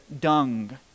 dung